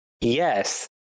yes